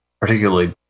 particularly